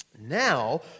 Now